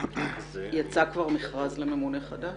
יש כבר מכרז לממונה חדש?